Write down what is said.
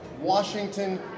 Washington